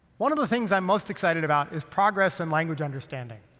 one of the things i'm most excited about is progress in language understanding.